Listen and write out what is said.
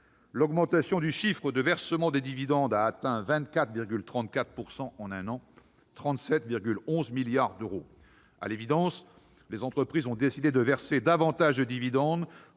L'augmentation de versement des dividendes a atteint 24,34 % en un an, à hauteur de 37,11 milliards d'euros. À l'évidence, les entreprises ont décidé de verser davantage de dividendes